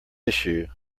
issue